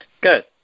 Good